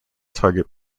target